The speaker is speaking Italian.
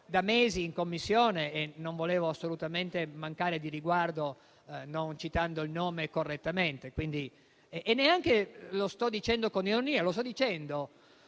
da mesi in Commissione e non volevo assolutamente mancare di riguardo non citando il nome correttamente e neanche sto parlando con ironia. Sto parlando